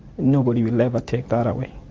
nobody will ever take that away,